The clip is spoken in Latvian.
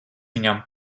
viņam